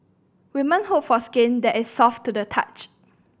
woman hope for skin that is soft to the touch